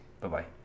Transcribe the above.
Bye-bye